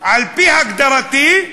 על-פי הגדרתי,